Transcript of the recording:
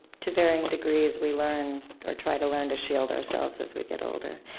to varying degrees we learn or try to learn to shield ourselves as we get older.